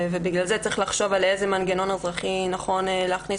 בגלל זה צריך לחשוב איזה מנגנון אזרחי נכון להכניס